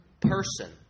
person